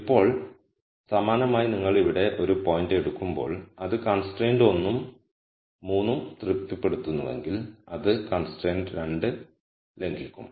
ഇപ്പോൾ സമാനമായി നിങ്ങൾ ഇവിടെ ഒരു പോയിന്റ് എടുക്കുമ്പോൾ അത് കൺസ്ട്രൈന്റ് 1 ഉം 3 ഉം തൃപ്തിപ്പെടുത്തുന്നുവെങ്കിൽ അത് കൺസ്ട്രൈൻറ് 2 ലംഘിക്കും